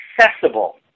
accessible